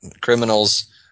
criminals